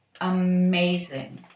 amazing